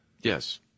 Yes